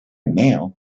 mail